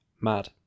mad